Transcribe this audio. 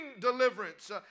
deliverance